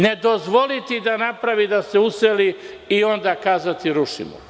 Ne dozvoliti da napravi da se useli i onda kazati rušimo.